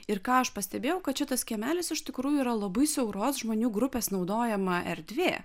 ir ką aš pastebėjau kad šitas kiemelis iš tikrųjų yra labai siauros žmonių grupės naudojama erdvė